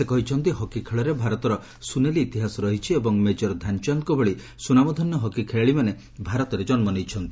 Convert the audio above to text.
ସେ କହିଛନ୍ତି ହକି ଖେଳରେ ଭାରତର ସୁନେଲି ଇତିହାସ ରହିଛି ଏବଂ ମେଜର ଧାନଚାନ୍ଦଙ୍କ ଭଳି ସୁନାମଧନ୍ୟ ହକି ଖେଳାଳିମାନେ ଭାରତରେ ଜନ୍ନ ନେଇଛନ୍ତି